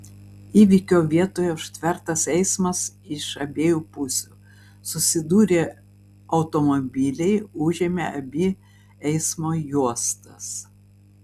įvykio vietoje užtvertas eismas iš abiejų pusių susidūrė automobiliai užėmė abi eismo juostas